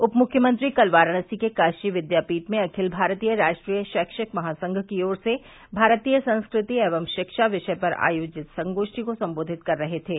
उप मुख्यमंत्री कल वाराणसी के काशी विद्यापीठ में अखिल भारतीय राष्ट्रीय शैक्षिक महासंघ की ओर से भारतीय संस्कृति एवं शिक्षा विषय पर आयोजित संगोष्ठी को सम्बोधित कर रहे थे